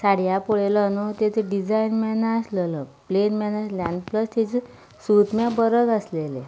साडयांक पळयल्यो न्हय ताजो डिजायन म्हूण नाशिल्लो प्लेन बी नाशिल्ली आनी प्लस ताजें सूत म्हूण बरें नाशिल्लें